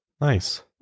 Nice